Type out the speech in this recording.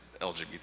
LGBT